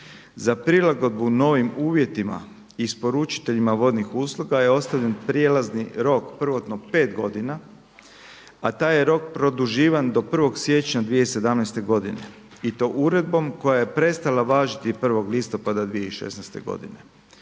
Za prilagodbu novim uvjetima isporučiteljima vodnih usluga je ostavljen prijelazni rok prvotno 5 godina, a taj je rok produživan do 1. siječnja 2017. godine i to uredbom koja je prestala važiti 1. listopada 2016. godine.